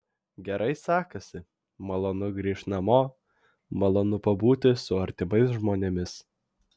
gerai sekasi malonu grįžt namo malonu pabūti su artimais žmonėmis